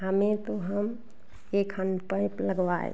हमें तो हम एक हंडपैप लगवाए